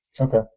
Okay